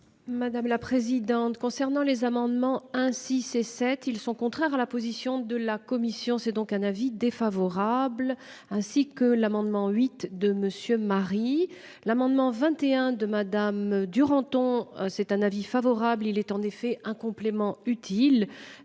Madame la présidente. Concernant les amendements ainsi c'est sept ils sont contraires à la position de la Commission. C'est donc un avis défavorable, ainsi que l'amendement huit de monsieur Marie l'amendement 21 de Madame Duranton. C'est un avis favorable. Il est en effet un complément utile.